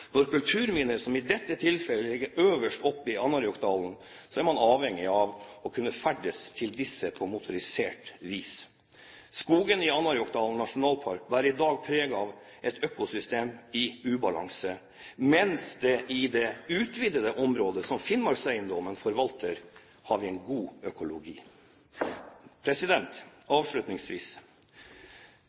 Når det gjelder kulturminner, som i dette tilfellet ligger øverst oppe i Anárjohkadalen, er man avhengig av å kunne ferdes til disse på motorisert vis. Skogen i Anárjohkadalen nasjonalpark bærer i dag preg av et økosystem i ubalanse, mens i det utvidete området som Finnmarkseiendommen forvalter, har vi en god økologi. Avslutningsvis: